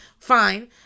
Fine